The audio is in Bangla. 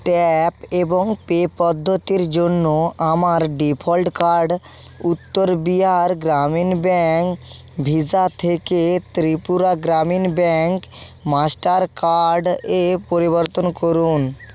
ট্যাপ এবং পে পদ্ধতির জন্য আমার default card Uttar Bihar Gramin bank Visa থেকে ত্রিপুরা গ্রামীণ ব্যাংক মাস্টার কার্ডে পরিবর্তন করুন